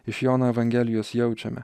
iš jono evangelijos jaučiame